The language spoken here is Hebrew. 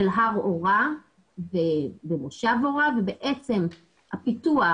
של הר אורה ומושב אורה, ובעצם הפיתוח.